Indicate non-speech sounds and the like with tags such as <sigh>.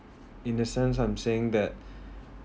in the sense I'm saying that <breath>